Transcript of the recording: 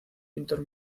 pintor